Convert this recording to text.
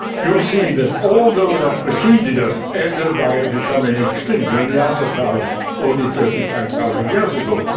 you've seen that all those that preceded us ended by becoming extinct, the neanderthals only thirty five thousand years ago.